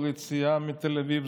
כל יציאה מתל אביב,